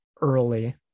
early